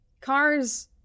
cars